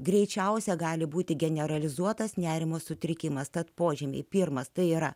greičiausiai gali būti generalizuotas nerimo sutrikimas tad požymiai pirmas tai yra